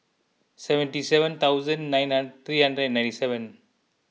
seventy seven thousand nine nine three hundred and ninety seven